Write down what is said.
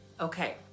Okay